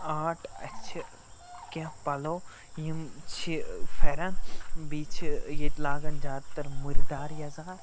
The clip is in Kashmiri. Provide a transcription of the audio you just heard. آٹ اَتہِ چھِ کینٛہہ پَلو یِم چھِ پھٮ۪رن بیٚیہِ چھِ ییٚتہِ لاگَن زیادٕ تَر مُرِدار یَزار